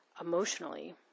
emotionally